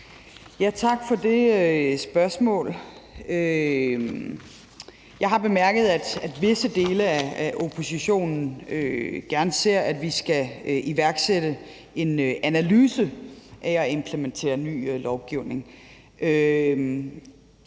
Tak for det spørgsmål. Jeg har bemærket, at visse dele af oppositionen gerne ser, at vi skal iværksætte en analyse af det at implementere ny lovgivning.